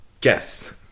Guess